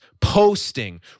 posting